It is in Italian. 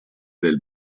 del